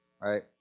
right